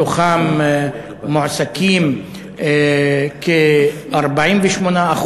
מתוכם מועסקים במשק כ-48%,